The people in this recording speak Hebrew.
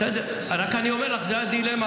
בסדר, אני רק אומר לך, זו הדילמה.